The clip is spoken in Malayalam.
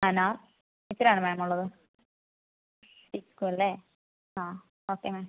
അനാർ ഇത്രയാണ് മാം ഉള്ളത് ചിക്കുല്ലേ അതെ ഓക്കേ മാം